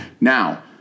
now